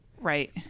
Right